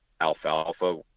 alfalfa